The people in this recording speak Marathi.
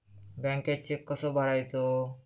बँकेत चेक कसो भरायचो?